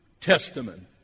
Testament